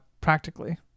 practically